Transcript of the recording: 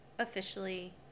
Officially